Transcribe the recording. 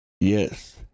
Yes